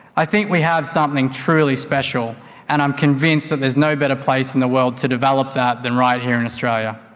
i think we have something truly special and i'm convinced that there is no better place in the world is to develop that than right here in australia.